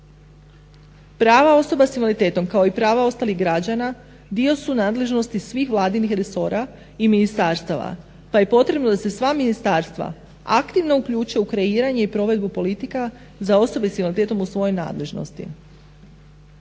Prava osoba s invaliditetom kao i prava ostalih građana dio su nadležnosti svih vladinih resora i ministarstava pa je potrebno da se sva ministarstva aktivno uključe u kreiranje i provedbu politika za osoba s invaliditetom u svojoj nadležnosti.